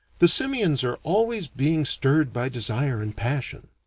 the simians are always being stirred by desire and passion.